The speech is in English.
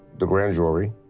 the grand jury,